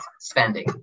spending